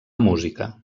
música